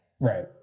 Right